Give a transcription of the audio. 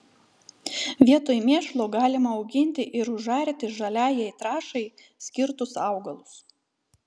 vietoj mėšlo galima auginti ir užarti žaliajai trąšai skirtus augalus